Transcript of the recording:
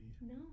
No